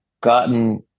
gotten